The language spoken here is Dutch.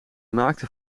maakte